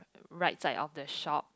right side of the shop